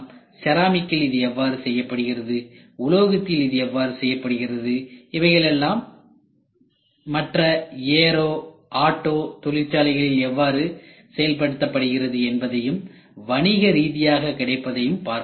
செராமிக்கில் இது எவ்வாறு செய்யப்படுகிறது உலகத்தில் இது எவ்வாறு செய்யப்படுகிறது இவைகளெல்லாம் மற்ற ஏரோ ஆட்டோ தொழிற்சாலைகளில் எவ்வாறு செயல்படுகிறதுஎன்பதையும் வணிகரீதியாக கிடைப்பதையும் பார்க்கலாம்